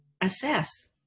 assess